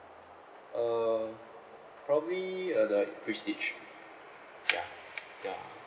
uh probably uh the prestige ya ya